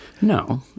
no